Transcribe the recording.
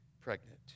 pregnant